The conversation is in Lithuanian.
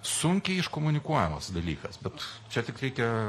sunkiai iškomunikuojamas dalykas bet čia tik reikia